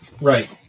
right